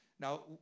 Now